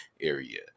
area